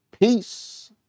peace